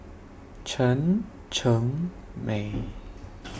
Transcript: Chen Cheng Mei